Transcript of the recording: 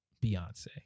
Beyonce